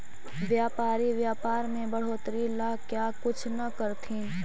व्यापारी व्यापार में बढ़ोतरी ला क्या कुछ न करथिन